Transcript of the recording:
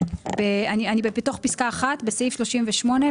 אני בתוך פסקה (1) בסעיף 38,